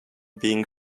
being